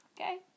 Okay